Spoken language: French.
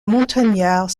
montagnards